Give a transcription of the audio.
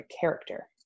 character